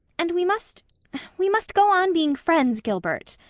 and we must we must go on being friends, gilbert.